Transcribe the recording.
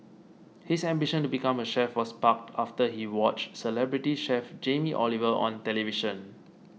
his ambition to become a chef was sparked after he watched celebrity chef Jamie Oliver on television